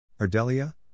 Ardelia